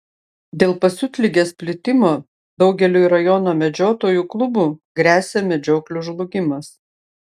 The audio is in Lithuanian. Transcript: dėl pasiutligės plitimo daugeliui rajono medžiotojų klubų gresia medžioklių žlugimas